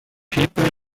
people